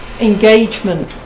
engagement